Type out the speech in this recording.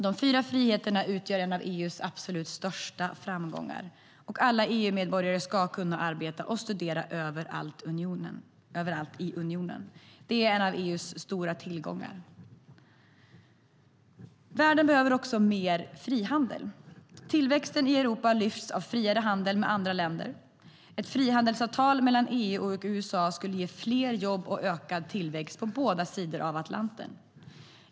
De fyra friheterna utgör en av EU:s absolut största framgångar. Alla EU-medborgare ska kunna arbeta och studera överallt i unionen. Det är en av EU:s stora tillgångar. Världen behöver mer frihandel. Tillväxten i Europa lyfts av friare handel med andra länder. Ett frihandelsavtal mellan EU och USA skulle ge fler jobb och ökad tillväxt på båda sidor av Atlanten.